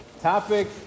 Topic